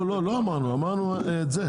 לא, לא אמרנו, אמרנו את זה.